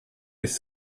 des